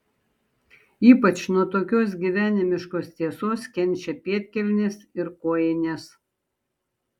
ypač nuo tokios gyvenimiškos tiesos kenčia pėdkelnės ir kojinės